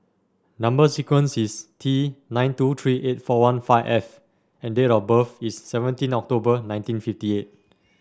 number sequence is T nine two three eight four one five F and date of birth is seventeen October nineteen fifty eight